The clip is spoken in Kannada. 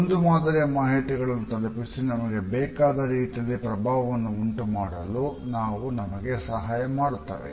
ಒಂದು ಮಾದರಿಯ ಮಾಹಿತಿಗಳನ್ನು ತಲುಪಿಸಿ ನಮಗೆ ಬೇಕಾದ ರೀತಿಯಲ್ಲಿಪ್ರಭಾವವನ್ನುಉಂಟುಮಾಡಲು ಇವು ನಮಗೆ ಸಹಾಯ ಮಾಡುತ್ತದೆ